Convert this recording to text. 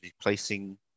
replacing